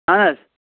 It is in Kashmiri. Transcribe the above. اہن حظ